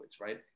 right